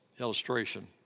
illustration